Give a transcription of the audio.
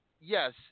yes